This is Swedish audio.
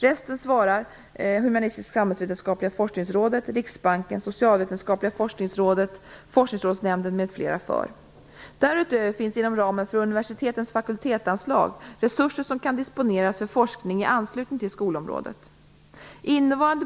Resten svarar Humanistisk-samhällsvetenskapliga forskningsrådet, Riksbanken, Socialvetenskapliga forskningsrådet, Forskningsrådsnämnden m.fl. för. Därutöver finns inom ramen för universitetens fakultetsanslag resurser som kan disponeras för forskning i anslutning till skolområdet.